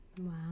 wow